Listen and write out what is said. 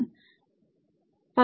மாணவர் பக்க